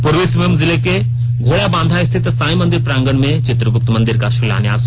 प्रर्वी सिंहभूम जिले के घोड़ाबांधा स्थित साईं मंदिर प्रांगण में चित्रग्रप्त मंदिर का शिलान्यास किया गया